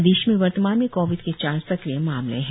प्रदेश में वर्तमान में कोविड के चार सक्रिय मामले है